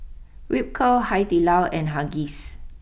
Ripcurl Hai Di Lao and Huggies